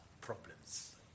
problems